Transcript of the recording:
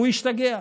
והוא השתגע.